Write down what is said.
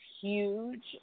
huge